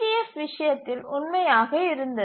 F விஷயத்தில் உண்மையாக இருந்தது